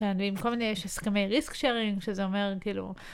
ועם כל מיני יש הסכמי ריסק שיירינג, שזה אומר, כאילו...